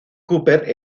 cooper